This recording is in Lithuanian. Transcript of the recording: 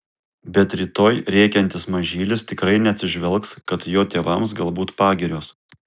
bet rytoj rėkiantis mažylis tikrai neatsižvelgs kad jo tėvams galbūt pagirios